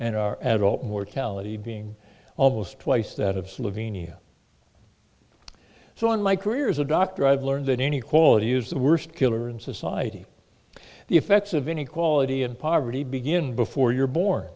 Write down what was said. and our adult mortality being almost twice that of slovenia so in my career as a doctor i've learned that any quality is the worst killer in society the effects of inequality and poverty begin before you're bor